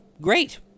great